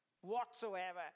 whatsoever